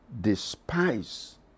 despise